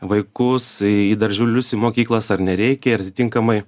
vaikus į darželius į mokyklas ar nereikia ir atinkamai